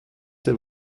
der